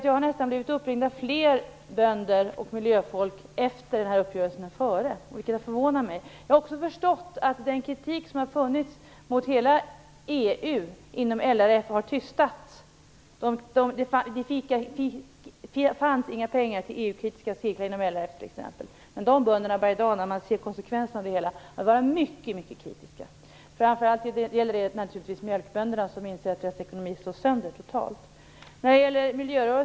Jag har nästan blivit uppringd av fler bönder och miljöfolk efter uppgörelsen än före. Det har förvånat mig. Jag har också förstått att den kritik som har funnits inom LRF mot EU har tystats. Det fanns t.ex. inga pengar till EU-kritiska cirklar inom LRF. I dag när man ser konsekvenserna av det hela börjar dessa bönder att vara mycket kritiska. Det gäller framför allt mjölkbönderna som inser att deras ekonomi totalt slås sönder.